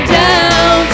down